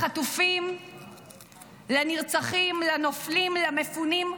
לחטופים, לנרצחים, לנופלים, למפונים,